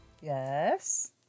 Yes